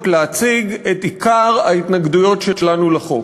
להציג את עיקר ההתנגדויות שלנו לחוק.